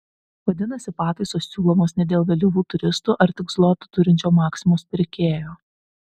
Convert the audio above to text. vadinasi pataisos siūlomos ne dėl vėlyvų turistų ar tik zlotų turinčio maksimos pirkėjo